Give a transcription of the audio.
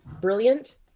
brilliant